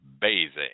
bathing